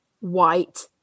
white